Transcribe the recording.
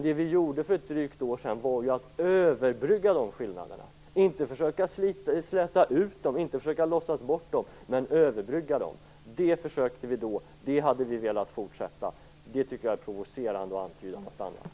Det vi gjorde för ett drygt år sedan var att överbrygga de skillnaderna, inte att försöka släta ut dem eller att låtsas bort dem utan överbrygga dem. Det försökte vi att göra, och det hade vi velat fortsätta att göra. Jag tycker att det är provocerande att antyda något annat.